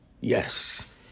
Yes